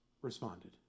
responded